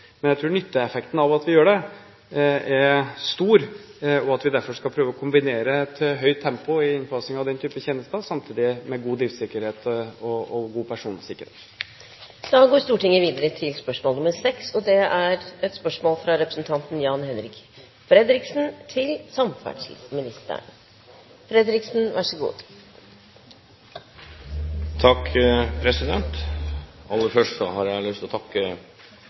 Men jeg tror nytteeffekten av at vi gjør det, er stor, og at vi derfor skal prøve å kombinere et høyt tempo i innfasing av den type tjenester med god driftssikkerhet og personsikkerhet. Aller først har jeg lyst til å takke statsråden for en hyggelig middag i går! Så til politikken: «Vinterstengte veier grunnet dårlig vær er noe vi kan oppleve i nesten hele Norge. Også i Finnmark kan dette til